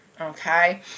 okay